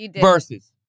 versus